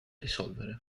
risolvere